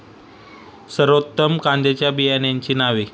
सर्वोत्तम कांद्यांच्या बियाण्यांची नावे?